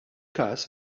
każ